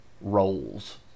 roles